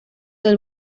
del